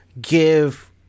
give